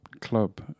club